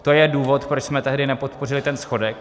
To je důvod, proč jsme tehdy nepodpořili ten schodek.